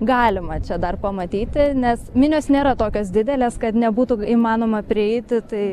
galima čia dar pamatyti nes minios nėra tokios didelės kad nebūtų įmanoma prieiti tai